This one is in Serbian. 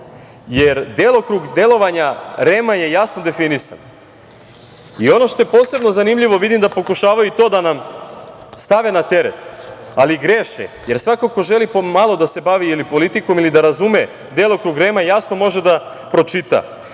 jer delokrug delovanja REM-a je jasno definisan. Ono što je posebno zanimljivo, vidim da pokušavaju i to da nam stave na teret, ali greše, jer svako ko želi po malo da se bavi politikom ili da razume delokrug REM-a, jasno može da pročita